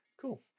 Cool